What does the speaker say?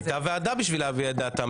הייתה ועדה כדי שיוכלו להביע את דעתם.